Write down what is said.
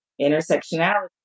Intersectionality